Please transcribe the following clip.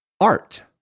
Art